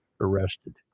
arrested